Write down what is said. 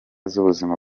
z’ubuzima